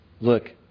Look